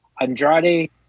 Andrade